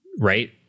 right